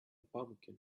pumpkin